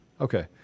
Okay